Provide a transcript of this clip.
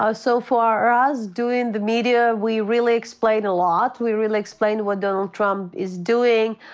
ah so for us doing the media, we really explain a lot. we really explain what donald trump is doing.